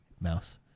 mouse